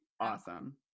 Awesome